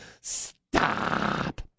stop